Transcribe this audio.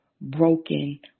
broken